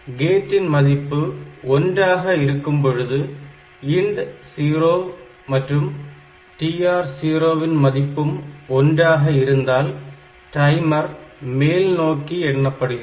கேட்டின் மதிப்பு ஒன்றாக gate1 இருக்கும்பொழுது INT0 மற்றும் TR0 ன் மதிப்பும் ஒன்றாக இருந்தால் டைமர் மேல்நோக்கி எண்ணப்படுகிறது